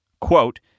quote